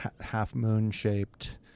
half-moon-shaped